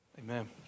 Amen